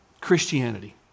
Christianity